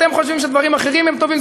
אתם חושבים שדברים אחרים הם טובים,